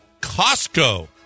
Costco